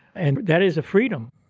and that is a freedom.